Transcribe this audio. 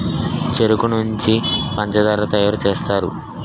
చెరుకు నుంచే పంచదార తయారు సేస్తారు